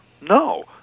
No